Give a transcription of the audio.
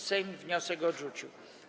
Sejm wniosek odrzucił.